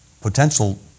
potential